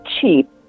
cheap